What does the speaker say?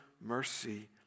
mercy